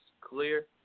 clear